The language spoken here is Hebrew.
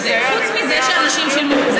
חוץ מזה שאנשים שילמו,